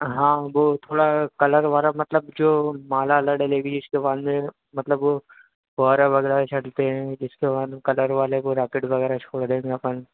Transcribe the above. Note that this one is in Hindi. हाँ वो थोड़ा कलर वाला मतलब जो माला लड़ी लेडीज के बांधे मतलब वो फव्वारा वगैरह छटते हैं इसके बाद कलर वाले वो राकेट वगैरह छोड़ देंगे अपन